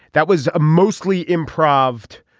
that was a mostly improved.